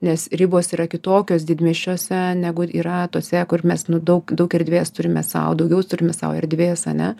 nes ribos yra kitokios didmiesčiuose negu yra tose kur mes nu daug daug erdvės turime sau daugiau turime sau erdvės ane